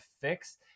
fix